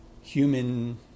human